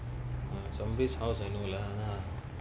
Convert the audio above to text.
zombies house I know lah